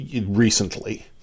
recently